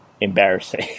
embarrassing